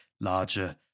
larger